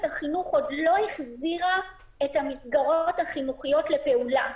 החינוך עוד לא החזירה את המסגרות החינוכיות לפעולה.